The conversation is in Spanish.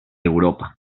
europa